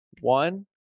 one